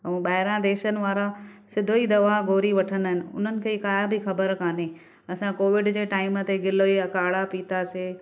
ऐं ॿाहिरां देशनि वारा सिधो ई दवा गोरी वठंदा आहिनि उन्हनि खे का बि ख़बर असां कोविड जे टाइम ते गिलोय जा काढ़ा पीतासीं